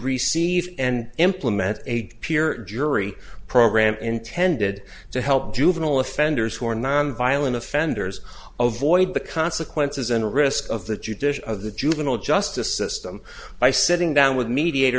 receive and implement a peer jury program intended to help juvenile offenders who are nonviolent offenders ovoid the consequences and risks of that you dish of the juvenile justice system by sitting down with mediator